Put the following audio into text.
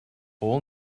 all